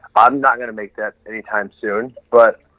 i'm not gonna make that anytime soon, but,